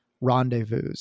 rendezvous